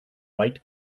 white